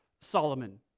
Solomon